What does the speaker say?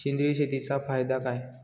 सेंद्रिय शेतीचा फायदा काय?